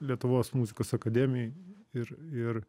lietuvos muzikos akademijoj ir ir